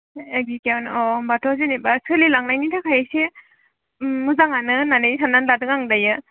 ए बिगायावनो अ होम्बाथ' जेन'बा सोलिलांनायनि थाखाय इसे ओम मोजाङानो होननानै साननानै लादों आं दायो